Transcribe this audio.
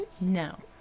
No